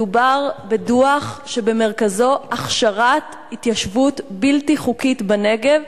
מדובר בדוח שבמרכזו הכשרת התיישבות בלתי חוקית בנגב,